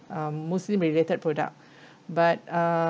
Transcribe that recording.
um muslim related product but uh